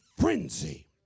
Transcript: frenzy